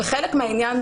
חלק מהעניין,